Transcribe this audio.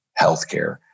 healthcare